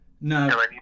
No